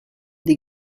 des